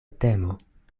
temo